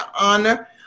honor